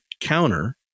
counter